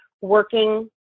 working